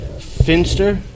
Finster